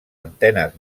antenes